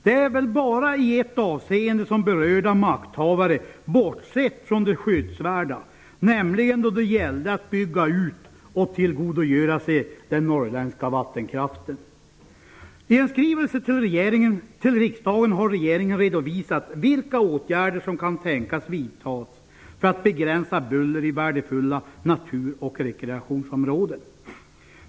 Det är bara i ett avseende som berörda makthavare har bortsett från det skyddsvärda, nämligen då det gällde att bygga ut och tillgodogöra sig den norrländska vattenkraften. I en skrivelse till riksdagen har regeringen redovisat vilka åtgärder som kan tänkas vidtas för att begränsa buller i värdefulla natur och rekreationsområden.